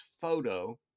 photo